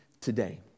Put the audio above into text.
today